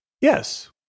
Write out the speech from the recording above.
Yes